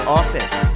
office